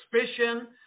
suspicion